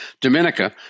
Dominica